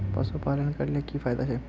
पशुपालन करले की की फायदा छे?